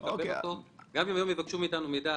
אנחנו מבקשים.